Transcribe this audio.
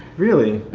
really?